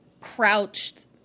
Crouched